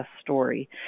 story